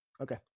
Okay